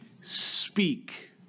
Speak